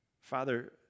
Father